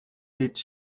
its